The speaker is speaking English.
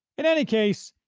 in any case,